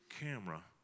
camera